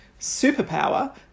Superpower